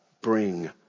bring